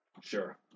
sure